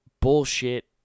bullshit